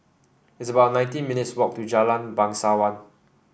it's about nineteen minutes' walk to Jalan Bangsawan